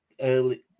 early